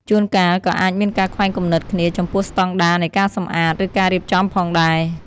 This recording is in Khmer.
ជួនកាល ក៏អាចមានការខ្វែងគំនិតគ្នាចំពោះស្តង់ដារនៃការសម្អាត ឬការរៀបចំផងដែរ។